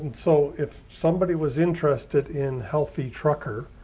so if somebody was interested in healthy trucker